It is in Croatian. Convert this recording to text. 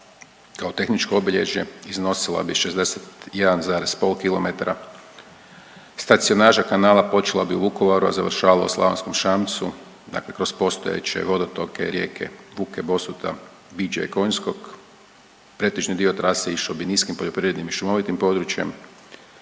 kao tehničko obilježje iznosila bi 61,5 km, stacionaža kanala počela bi u Vukovaru, a završavala u Slavonskom Šamcu. Dakle kroz postojeće vodotoke rijeke Vuke, Bosuta, Biđa i Konjskog. Pretežni dio trase išao bi niskim poljoprivrednim i šumovitim područjem,